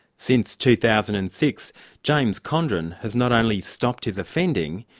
since two thousand and six james condren has not only stopped his offending,